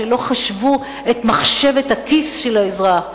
שלא חשבו את מחשבת הכיס של האזרח,